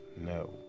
no